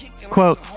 Quote